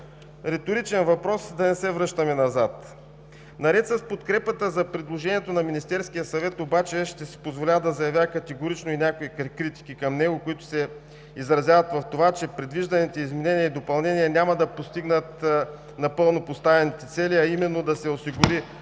Риторичен въпрос. Да не се връщаме назад. Наред с подкрепата за предложението на Министерския съвет обаче ще си позволя да заявя категорично и някои критики към него, които се изразяват в това, че предвижданите изменения и допълнения няма да постигнат напълно поставените цели, а именно – да се осигури